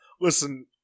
Listen